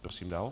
Prosím dál.